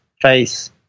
face